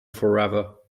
forever